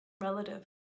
Relative